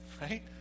right